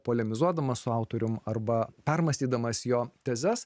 polemizuodamas su autorium arba permąstydamas jo tezes